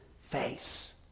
face